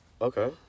Okay